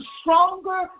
stronger